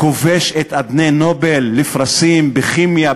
כובש את אדני נובל לפרסים בכימיה,